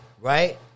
right